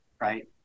right